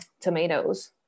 tomatoes